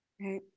Right